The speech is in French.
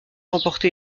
remporté